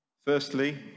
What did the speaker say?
firstly